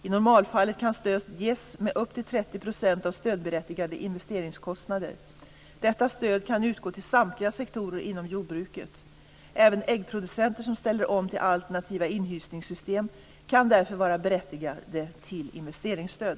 I normalfallet kan stöd ges med upp till 30 % av stödberättigade investeringskostnader. Detta stöd kan utgå till samtliga sektorer inom jordbruket. Även äggproducenter som ställer om till alternativa inhysningssystem kan därför vara berättigade till investeringsstöd.